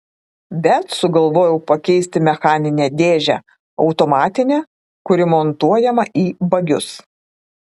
bet sugalvojau pakeisti mechaninę dėžę automatine kuri montuojama į bagius